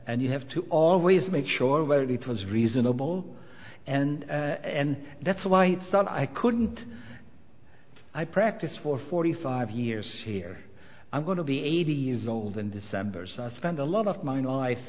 and you have to always make sure whether it was reasonable and and that's why i couldn't i practiced for forty five years here i'm going to be eighty years old in december so i spent a lot of m